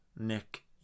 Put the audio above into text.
Nick